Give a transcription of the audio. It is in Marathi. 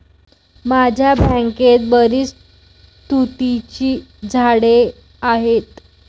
माझ्या बागेत बरीच तुतीची झाडे आहेत